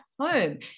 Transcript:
home